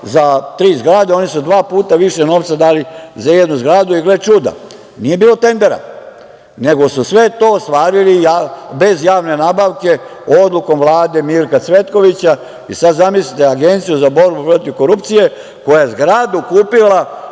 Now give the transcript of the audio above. za tri zgrade, oni su dva puta više novca dali za jednu zgradu. Gle čuda, nije bilo tendera, nego su sve to ostvarili bez javne nabavke, odlukom Vlade Mirka Cvetkovića. Zamislite Agenciju za borbu protiv korupcije koja je zgradu kupila